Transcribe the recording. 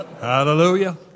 Hallelujah